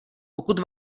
pokud